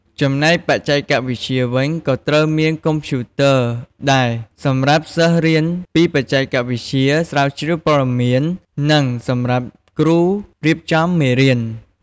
ចំណែកបច្ចេកវិទ្យាវិញក៏ត្រូវមាន កុំព្យូទ័រផងដែរ សម្រាប់សិស្សរៀនពីបច្ចេកវិទ្យា ស្រាវជ្រាវព័ត៌មាន និងសម្រាប់គ្រូរៀបចំមេរៀន។